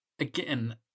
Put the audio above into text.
again